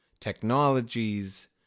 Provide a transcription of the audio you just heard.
technologies